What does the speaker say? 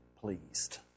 pleased